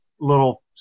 little